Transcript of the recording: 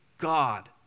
God